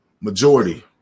majority